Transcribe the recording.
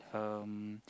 um